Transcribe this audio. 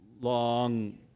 long